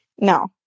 No